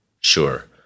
Sure